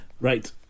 Right